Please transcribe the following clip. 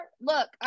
look